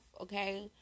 okay